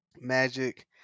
magic